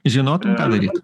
žinotum ką daryt